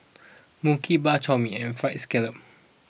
Mui Kee Bak Chor Mee and Fried Scallop